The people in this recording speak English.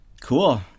Cool